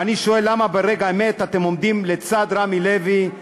ואני שואל: למה ברגע האמת אתם עומדים לצד רמי לוי,